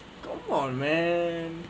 come on man